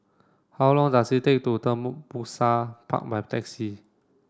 how long does it take to Tembusu Park my taxi